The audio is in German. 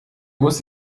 muss